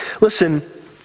listen